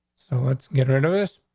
so let's get rid of it.